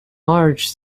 marge